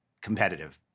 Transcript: competitive